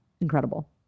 Incredible